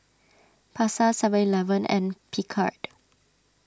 Pasar Seven Eleven and Picard